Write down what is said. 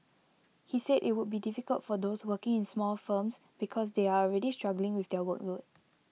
he said IT would be difficult for those working in small firms because they are already struggling with their workload